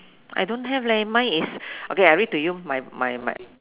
I don't have leh mine is okay I read to you my my my